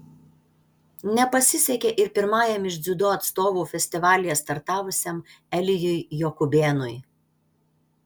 nepasisekė ir pirmajam iš dziudo atstovų festivalyje startavusiam elijui jokubėnui